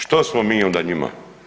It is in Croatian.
Što smo mi onda njima?